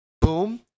Boom